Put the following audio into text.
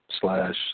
slash